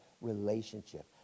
relationship